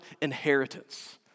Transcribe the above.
inheritance